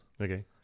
Okay